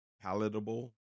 palatable